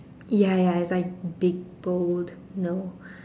ya ya is like big bold no